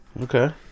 Okay